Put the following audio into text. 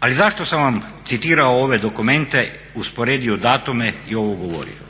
Ali zašto sam vam citirao ove dokumente, usporedio datume i ovo govorio,